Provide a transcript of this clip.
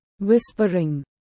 Whispering